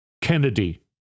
Kennedy